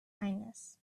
kindness